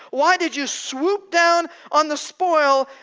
why did you swoop down on the spoil,